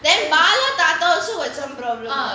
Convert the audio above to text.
then bala thatha also got some problem